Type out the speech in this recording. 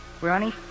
Ronnie